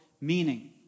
meaning